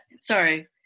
sorry